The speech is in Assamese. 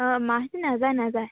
অঁ মাহেঁতি নাযায় নাযায়